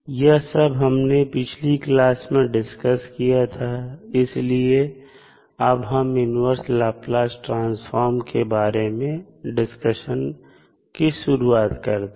यह सब हमने पिछली क्लास में डिस्कस किया था इसलिए अब हम इन्वर्स लाप्लास ट्रांसफॉर्म के बारे में डिस्कशन की शुरुआत करते हैं